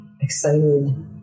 excited